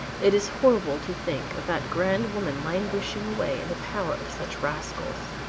it is horrible to think of that grand woman languishing away in the power of such rascals.